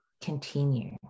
continue